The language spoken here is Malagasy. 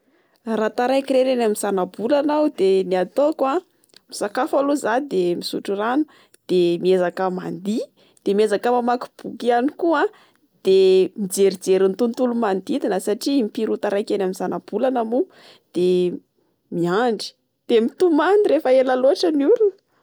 Raha taraiky irery eny amin'ny zana-bolana aho de ny ataoko misakafo aloha zà. De misotro rano, de miezaka mandihy de miezaka mamaky boky ihany koa, de mijerijery ny tontolo manodidina. Satria impiry ho taraiky eny amin'ny zana-bolana moa, de miandry, de mitomany rehefa ela loatra ny olona.